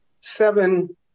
seven